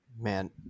Man